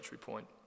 point